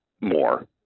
more